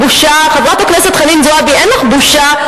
חברת הכנסת חנין זועבי, אין לך בושה?